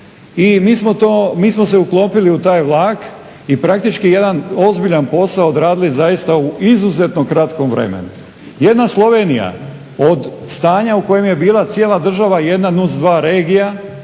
i mi smo se uklopili u taj vlak i praktički jedan ozbiljan posao odradili zaista u izuzetno kratkom vremenu. Jedna Slovenija od stanja u kojem je bila cijela država i jedna NUC 2 regija